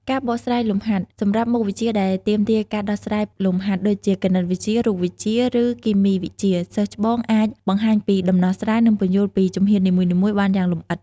ការបកស្រាយលំហាត់ សម្រាប់មុខវិជ្ជាដែលទាមទារការដោះស្រាយលំហាត់ ដូចជាគណិតវិទ្យា រូបវិទ្យា ឬគីមីវិទ្យា សិស្សច្បងអាច បង្ហាញពីដំណោះស្រាយ និងពន្យល់ពីជំហាននីមួយៗបានយ៉ាងលម្អិត។